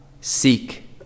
Seek